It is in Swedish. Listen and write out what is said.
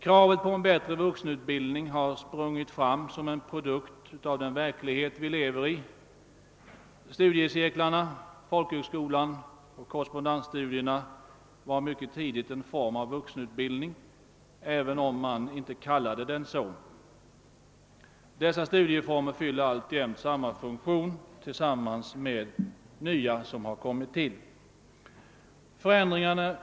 Kravet på en bättre vuxenutbildning har sprungit fram som en produkt av den verklighet vi lever i. Studiecirklarna, folkhögskolan och korrespondensstudierna var mycket tidigt en form av vuxenutbildning, även om man inte kallade den så. Dessa studieformer fyller alltjämt samma funktion, tillsammans med några nya former som har tillkommit.